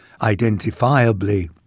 identifiably